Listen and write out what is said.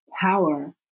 power